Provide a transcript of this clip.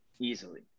Easily